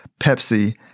Pepsi